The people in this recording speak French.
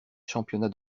championnats